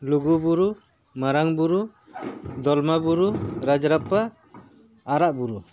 ᱞᱩᱜᱩᱵᱩᱨᱩ ᱢᱟᱨᱟᱝ ᱵᱩᱨᱩ ᱫᱚᱞᱢᱟ ᱵᱩᱨᱩ ᱨᱟᱡᱽᱨᱟᱯᱟ ᱟᱨᱟᱜ ᱵᱩᱨᱩ